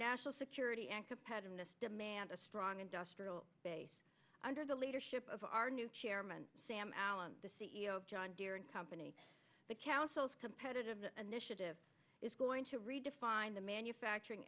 national security and competitiveness demand a strong industrial base under the leadership of our new chairman sam allen the c e o john deere and company the council's competitive initiative is going to redefine the manufacturing